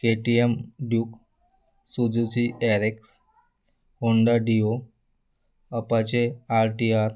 KTM duke Suzuki RX Honda dio apache R T R